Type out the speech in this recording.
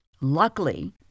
Luckily